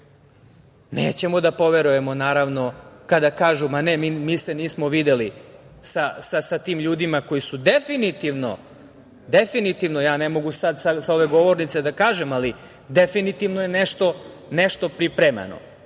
Nećemo da poverujemo, naravno, kada kažu – ma ne, mi se nismo videli sa tim ljudima, koji su definitivno, ne mogu sada sa ove govornice da kažem, ali definitivno je nešto pripremano.